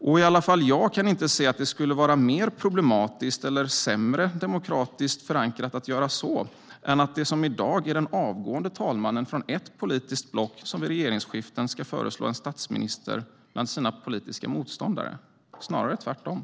Jag kan i alla fall inte se att det skulle vara mer problematiskt eller sämre demokratiskt förankrat att göra så än att det, som i dag, är den avgående talmannen från ett politiskt block som vid regeringsskifte ska föreslå en statsminister bland sina politiska motståndare - snarare tvärtom.